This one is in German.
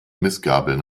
mistgabeln